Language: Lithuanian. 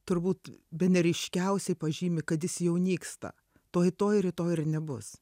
turbūt bene ryškiausiai pažymi kad jis jau nyksta tuoj tuoj rytoj ir nebus